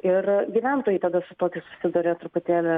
ir gyventojai tada su tokiu susiduria truputėlį